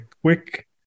quick